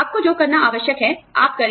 आपको जो करना आवश्यक है आप करें